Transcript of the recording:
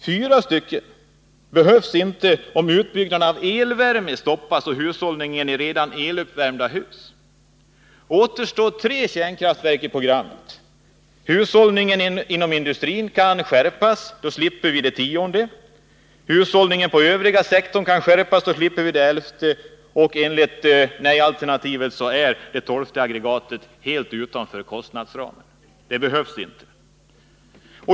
Fyra stycken behövs inte om utbyggnaden av elvärme stoppas och hushållningen i redan eluppvärmda hus skärps. Det återstår tre kärnkraftsverk i programmet. Hushållningen inom industrin kan skärpas — då slipper vi det tionde. Hushållningen på övriga sektorer kan skärpas — då slipper vi det elfte. Och enligt nej-alternativet är det tolfte aggregatet helt utanför kostnadsramen. Det behövs inte.